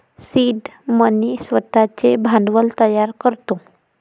seed money स्वतःचे भांडवल तयार करतो